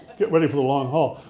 get ready for the long haul.